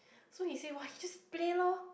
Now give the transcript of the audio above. so he says !wah! he just play lor